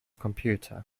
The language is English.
computer